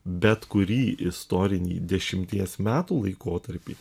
bet kurį istorinį dešimties metų laikotarpį